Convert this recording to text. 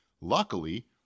Luckily